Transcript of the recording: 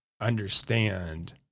understand